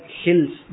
hills